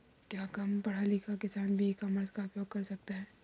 क्या कम पढ़ा लिखा किसान भी ई कॉमर्स का उपयोग कर सकता है?